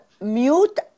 mute